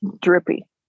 drippy